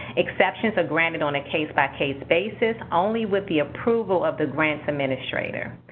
exceptions are granted on a case-by-case basis, only with the approval of the grants administrator.